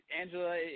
Angela